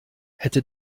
hätte